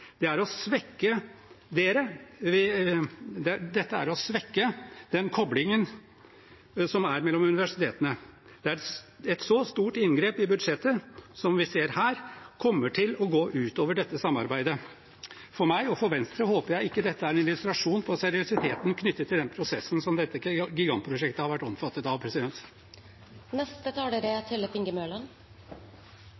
Det å svekke den koblingen er uheldig. Et så stort inngrep i budsjettet som vi ser her kommer til å gå utover dette samarbeidet.» For min og for Venstres del håper jeg ikke dette er en illustrasjon på seriøsiteten knyttet til den prosessen som dette gigantprosjektet har vært omfattet av. Jeg er ikke i tvil om behovet for bedre sykehusbygg og økt kapasitet i Oslo-regionen. Men Arbeiderpartiet forutsetter at tomtevalget som skal gjøres, er